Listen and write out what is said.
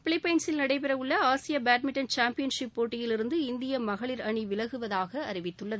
பிலிப்பைன்சில் நடைபெற உள்ள Asian badminton championship போட்டியிலிருந்து இந்திய மகளிர் அணி விலகுவதாக அறிவித்துள்ளது